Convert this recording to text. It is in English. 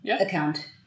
account